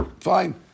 fine